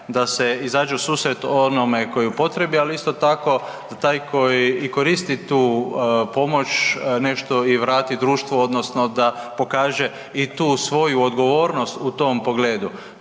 da se izađe u susret onome tko je u potrebi ali isto tako da taj koji koristi i tu pomoć nešto i vrati društvu odnosno da pokaže i tu svoju odgovornost u tom pogledu